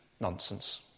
nonsense